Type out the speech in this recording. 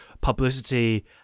publicity